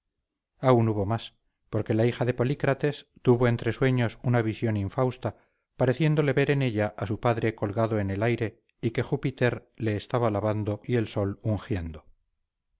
arcas aun hubo más porque la hija de polícrates tuvo entre sueños una visión infausta pareciéndole ver en ella a su padre colgado en el aire y que júpiter la estaba lavando y el sol ungiendo